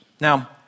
Now